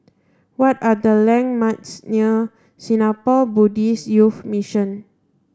what are the landmarks near Singapore Buddhist Youth Mission